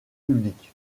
public